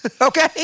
Okay